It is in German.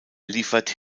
liefert